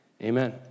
Amen